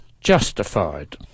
justified